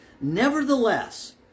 Nevertheless